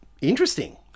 interesting